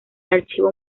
archivo